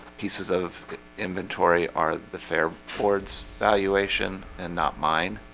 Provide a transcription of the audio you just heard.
pieces of inventory are the fair boards valuation and not mine